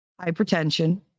hypertension